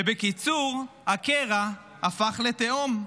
בקיצור, הקרע הפך לתהום.